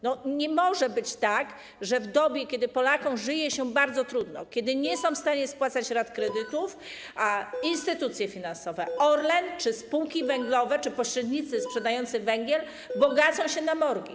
Nie może być tak, że w dobie, kiedy Polakom żyje się bardzo trudno, kiedy nie są w stanie spłacać rat kredytów, to instytucje finansowe, Orlen czy spółki węglowe, czy pośrednicy sprzedający węgiel bogacą się na morgi.